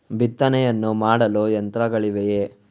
ಬಿತ್ತನೆಯನ್ನು ಮಾಡಲು ಯಂತ್ರಗಳಿವೆಯೇ?